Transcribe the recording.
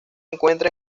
encuentra